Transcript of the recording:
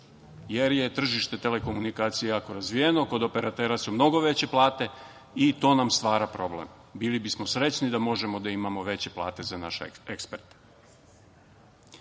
jer je tržište telekomunikacija jako razvijeno. Kod operatera su mnogo veće plate i to nam stvara problem. Bili bismo srećni da možemo da imamo veće plate za naše